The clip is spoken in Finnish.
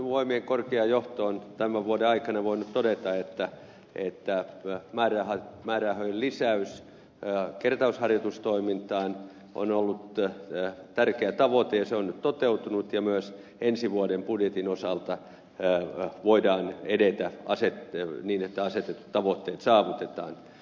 puolustusvoimien korkea johto on tämän vuoden aikana voinut todeta että määrärahojen lisäys kertausharjoitustoimintaan on ollut tärkeä tavoite ja se on nyt toteutunut ja myös ensi vuoden budjetin osalta voidaan edetä niin että asetetut tavoitteet saavutetaan